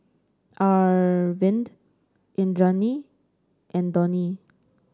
Arvind Indranee and Dhoni